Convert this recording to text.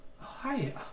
Hi